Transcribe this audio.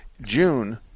June